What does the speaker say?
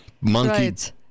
monkey